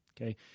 Okay